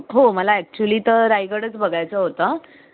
हो मला ॲक्च्युली तर रायगडच बघायचा होता